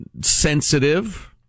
sensitive